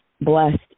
blessed